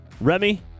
remy